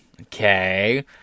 Okay